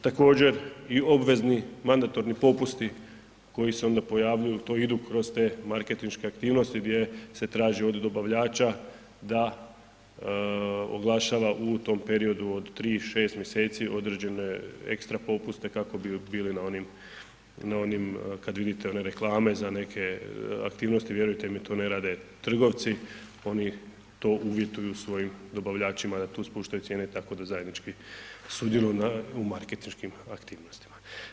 Također i obvezni mandatorni popusti koji se onda pojavljuju, to idu kroz te marketinške aktivnosti gdje se traži od dobavljača da oglašava u tom periodu od 3 i 56 mj. određene ekstra popuste kako bi bili na onim kad vidite one reklame za neke aktivnosti, vjerujte mi, to ne rade trgovci, oni to uvjetuju svojim dobavljačima da tu spuštaju cijene i tako da zajednički sudjeluju u marketinškim aktivnostima.